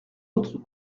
autres